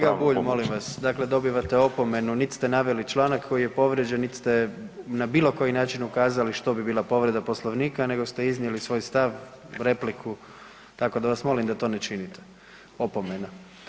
Kolega Bulj molim vas, dakle dobivate opomenu niti ste naveli članak koji je povrijeđen niti se na bilo koji način ukazali što bi bila povreda Poslovnika nego ste iznijeli svoj stav, repliku tako da vas molim da to ne činite, opomena.